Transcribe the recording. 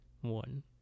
one